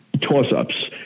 toss-ups